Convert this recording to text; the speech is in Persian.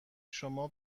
شما